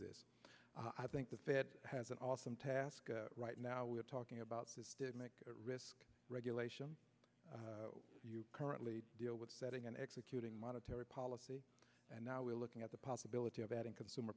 this i think the fed has an awesome task right now we're talking about this did make risk regulation you currently deal with setting and executing monetary policy and now we're looking at the possibility of adding consumer